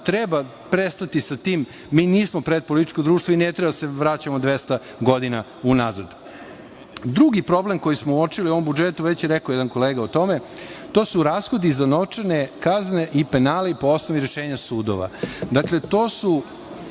Treba prestati sa tim. Mi nismo pretpolitičko društvo i ne treba da se vraćamo 200 godina unazad. Drugi problem koji smo uočili u ovom budžeti i već je govorio jedan kolega o tome, a to su rashodi za novčane kazne i penali po osnovu rešenja sudova. To su